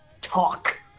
talk